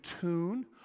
tune